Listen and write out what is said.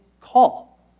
call